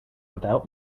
without